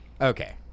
Okay